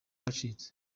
wacitse